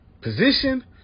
position